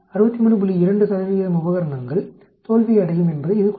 2 உபகரணங்கள் தோல்வியடையும் என்பதை இது குறிக்கிறது